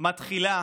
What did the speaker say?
מתחילה